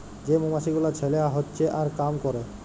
যে মমাছি গুলা ছেলা হচ্যে আর কাম ক্যরে